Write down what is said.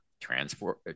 Transport